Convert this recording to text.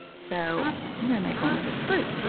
so i'm going to make one with just fruit.